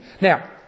Now